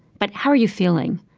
but, how are you feeling?